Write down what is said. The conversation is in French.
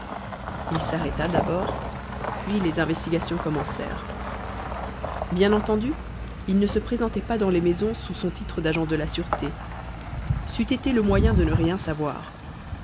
il s'arrêta d'abord puis les investigations commencèrent bien entendu il ne se présentait pas dans les maisons sous son titre d'agent de la sûreté c'eût été le moyen de ne rien savoir